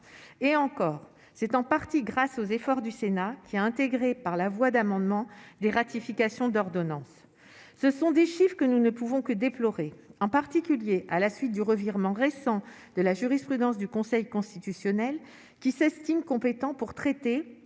et encore, c'est en partie grâce aux efforts du Sénat qui a intégré par la voie d'amendement des ratification d'ordonnances, ce sont des chiffres que nous ne pouvons que déplorer en particulier à la suite du revirement récent de la jurisprudence du Conseil constitutionnel, qui s'estime compétent pour traiter